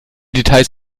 details